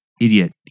Idiot